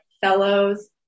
fellows